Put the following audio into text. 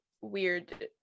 weird